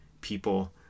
people